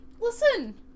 listen-